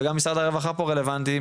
משרד הרווחה הוא גם רלוונטי,